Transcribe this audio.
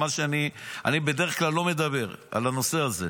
אני בדרך כלל לא מדבר על הנושא הזה,